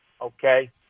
okay